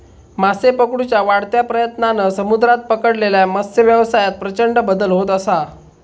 मासे पकडुच्या वाढत्या प्रयत्नांन समुद्रात पकडलेल्या मत्सव्यवसायात प्रचंड बदल होत असा